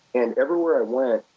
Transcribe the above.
and everywhere i went,